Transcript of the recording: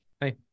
Hey